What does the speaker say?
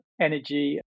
energy